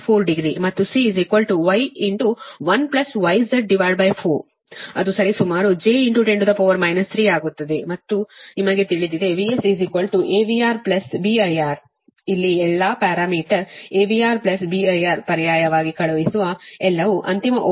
4 ಡಿಗ್ರಿಮತ್ತು C Y 1 YZ4 ಅದು ಸರಿಸುಮಾರು j 10 3 ಆಗುತ್ತದೆ ಮತ್ತು ನಿಮಗೆ ತಿಳಿದಿದೆ VS AVR B IR ಇಲ್ಲಿ ಎಲ್ಲಾ ಪ್ಯಾರಾಮೀಟರ್ AVR B IR ಪರ್ಯಾಯವಾಗಿ ಕಳುಹಿಸುವ ಎಲ್ಲವು ಅಂತಿಮ ವೋಲ್ಟೇಜ್ 129